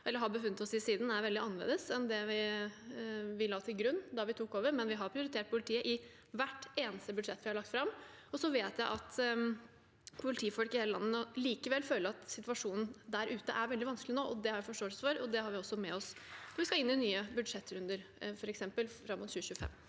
vi har befunnet oss i siden, er veldig annerledes enn det vi la til grunn da vi tok over, men vi har prioritert politiet i hvert eneste budsjett vi har lagt fram. Jeg vet at politifolk i hele landet likevel føler at situasjonen der ute er veldig vanskelig nå. Det har jeg forståelse for, og det har vi også med oss når vi f.eks. skal inn i nye budsjettrunder fram mot 2025.